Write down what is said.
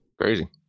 Crazy